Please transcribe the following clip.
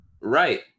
right